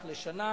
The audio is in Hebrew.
שקלים בשנה.